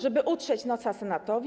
Żeby utrzeć nosa Senatowi?